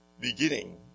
beginning